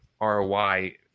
ROI